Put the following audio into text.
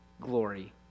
glory